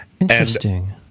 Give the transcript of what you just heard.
Interesting